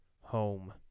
home